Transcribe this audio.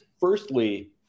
firstly –